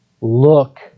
Look